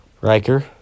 Riker